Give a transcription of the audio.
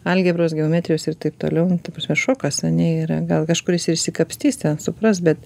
algebros geometrijos ir taip toliau nu ta prasme šokas ane yra gal kažkuris ir išsikapstys ten supras bet